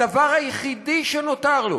הדבר היחיד שנותר לו